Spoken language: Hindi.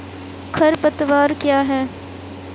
खरपतवार क्या है?